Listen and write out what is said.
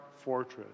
fortress